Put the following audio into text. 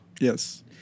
Yes